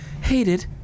hated